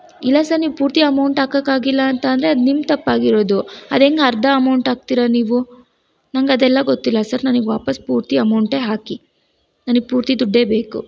ಇಲ್ಲ ಸರ್ ನೀವು ಪೂರ್ತಿ ಅಮೌಂಟ್ ಹಾಕಕ್ಕಾಗಿಲ್ಲ ಅಂತ ಅಂದರೆ ಅದು ನಿಮ್ಮ ತಪ್ಪು ಆಗಿರೋದು ಅದು ಹೆಂಗ್ ಅರ್ಧ ಅಮೌಂಟ್ ಹಾಕ್ತೀರ ನೀವು ನಂಗೆ ಅದೆಲ್ಲ ಗೊತ್ತಿಲ್ಲ ಸರ್ ನನಗೆ ವಾಪಸ್ಸು ಪೂರ್ತಿ ಅಮೌಂಟೆ ಹಾಕಿ ನನಗೆ ಪೂರ್ತಿ ದುಡ್ಡೇ ಬೇಕು